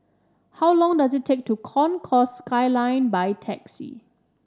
how long does it take to Concourse Skyline by taxi